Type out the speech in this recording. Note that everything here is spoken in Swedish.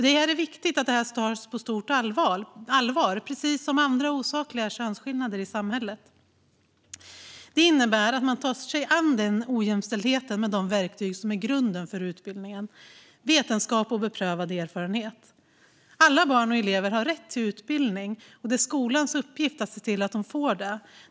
Det är viktigt att det tas på stort allvar, precis som andra osakliga könsskillnader i samhället. Det innebär att man tar sig an ojämställdheten med de verktyg som är grunden för utbildningen: vetenskap och beprövad erfarenhet. Alla barn och elever har rätt till utbildning, och det är skolans uppgift att se till att de får det.